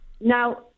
Now